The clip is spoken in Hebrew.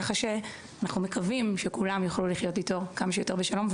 כך שאנחנו מקווים שכולם יוכלו לחיות איתו כמה שיותר בשלום.